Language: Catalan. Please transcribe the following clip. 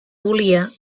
volia